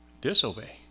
disobey